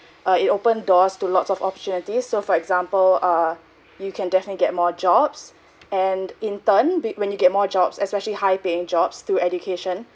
uh it open doors to lots of opportunities so for example uh you can definitely get more jobs and in turn be when you get more jobs especially high paying jobs through education